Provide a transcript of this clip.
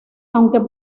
aunque